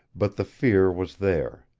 but the fear was there.